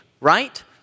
right